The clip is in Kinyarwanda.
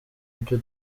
byo